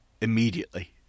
immediately